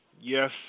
Yes